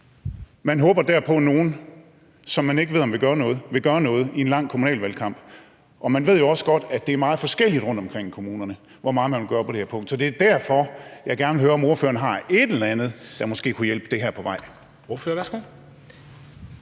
Man håber dér på nogen, som man ikke ved om vil gøre noget, vil gøre noget i en lang kommunalvalgkamp, og man ved jo også godt, at det er meget forskelligt rundtomkring i kommunerne, hvor meget man vil gøre på det her punkt. Så det er derfor, jeg gerne vil høre, om ordføreren har et eller andet, der måske kunne hjælpe det her på vej.